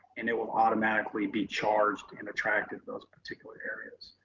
and it will automatically be charged and attracted to those particular areas.